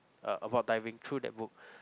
uh about diving through that book